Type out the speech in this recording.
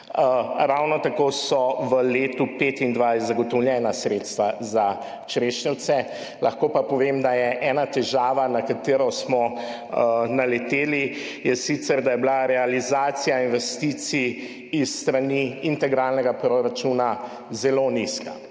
Ravno tako so v letu 2025 zagotovljena sredstva za Črešnjevce. Lahko pa povem, da je ena težava, na katero smo naleteli, da je bila realizacija investicij s strani integralnega proračuna zelo nizka,